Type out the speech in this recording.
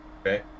Okay